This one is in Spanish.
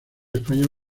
español